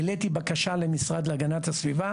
העליתי בקשה למשרד להגנת הסביבה,